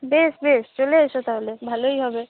বেশ বেশ চলে এসো তা হলে ভালোই হবে